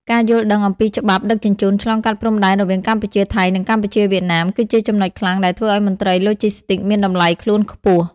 ការយល់ដឹងអំពីច្បាប់ដឹកជញ្ជូនឆ្លងកាត់ព្រំដែនរវាងកម្ពុជា-ថៃ និងកម្ពុជា-វៀតណាម គឺជាចំណុចខ្លាំងដែលធ្វើឱ្យមន្ត្រីឡូជីស្ទីកមានតម្លៃខ្លួនខ្ពស់។